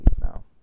now